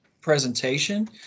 presentation